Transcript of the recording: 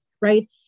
right